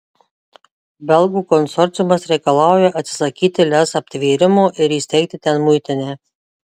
belgų konsorciumas reikalauja atsisakyti lez aptvėrimo ir įsteigti ten muitinę